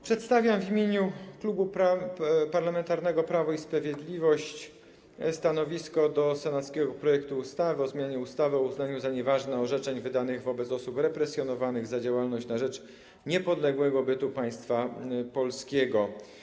Przedstawiam w imieniu Klubu Parlamentarnego Prawo i Sprawiedliwość stanowisko wobec senackiego projektu ustawy o zmianie ustawy o uznaniu za nieważne orzeczeń wydanych wobec osób represjonowanych za działalność na rzecz niepodległego bytu Państwa Polskiego.